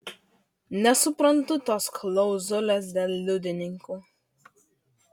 nesuprantu tos klauzulės dėl liudininkų